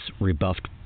rebuffed